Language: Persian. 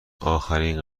آخرین